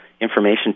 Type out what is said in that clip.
information